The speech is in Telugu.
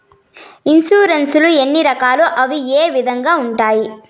ఇన్సూరెన్సు ఎన్ని రకాలు అవి ఏ విధంగా ఉండాయి